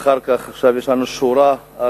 אחר כך, עכשיו יש לנו שורה ארוכה